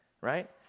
right